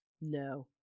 No